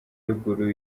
ruguru